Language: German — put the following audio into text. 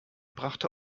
brachte